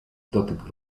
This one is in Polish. dotyk